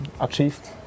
achieved